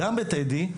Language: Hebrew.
גם בטדי,